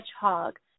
hedgehog